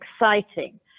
exciting